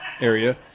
area